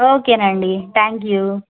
okay అండి thank you